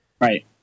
Right